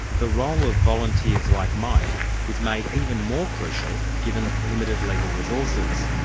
the role of volunteers like mike is made even more crucial, given limited legal resources.